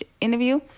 interview